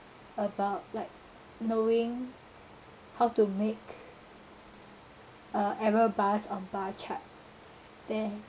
about like knowing how to make uh error bars on bar chart then